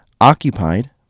occupied